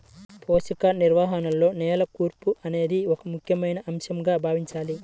పోషక నిర్వహణలో నేల కూర్పు అనేది ఒక ముఖ్యమైన అంశంగా భావించాలి